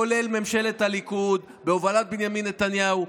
כולל ממשלת הליכוד בהובלת בנימין נתניהו,